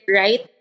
right